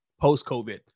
post-COVID